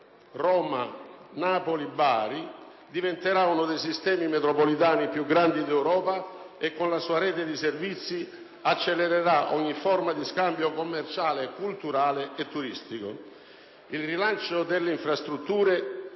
Roma-Napoli-Bari diventerà uno dei sistemi metropolitani più grandi d'Europa e con la sua rete di servizi accelererà ogni forma di scambio commerciale, culturale e turistico. Il rilancio delle infrastrutture